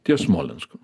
ties smolensku